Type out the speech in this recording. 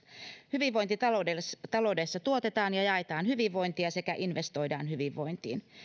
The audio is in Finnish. hyvinvointitaloudessa tuotetaan ja jaetaan hyvinvointia sekä investoidaan hyvinvointiin